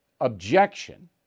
objection